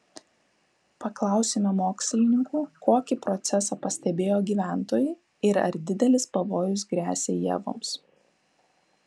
paklausėme mokslininkų kokį procesą pastebėjo gyventojai ir ar didelis pavojus gresia ievoms